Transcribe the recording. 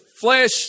flesh